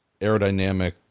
aerodynamic